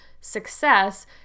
success